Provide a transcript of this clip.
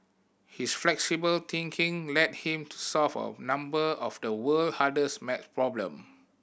his flexible thinking led him to solve a number of the world hardest maths problem